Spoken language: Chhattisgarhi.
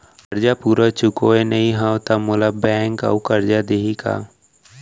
करजा पूरा चुकोय नई हव त मोला बैंक अऊ करजा दिही का?